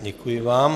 Děkuji vám.